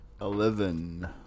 Eleven